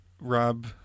Rob